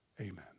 Amen